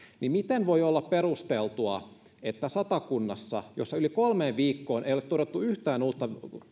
niin miten voi olla perusteltua että satakunnassa jossa yli kolmeen viikkoon ei ole todettu yhtään uutta